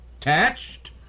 attached